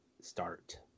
start